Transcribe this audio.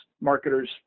marketers